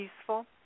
peaceful